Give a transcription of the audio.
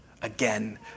again